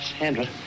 Sandra